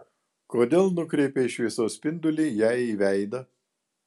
kodėl nukreipei šviesos spindulį jai į veidą